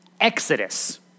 Exodus